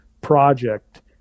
project